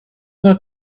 not